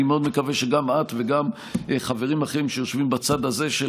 אני מאוד מקווה שגם את וגם חברים אחרים שיושבים בצד הזה של